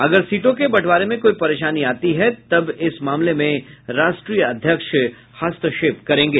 अगर सीटों के बंटवारे में कोई परेशानी आती है तब इस मामले में राष्ट्रीय अध्यक्ष हस्तक्षेप करेंगे